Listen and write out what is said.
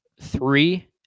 three